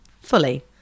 fully